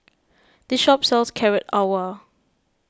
this shop sells Carrot Halwa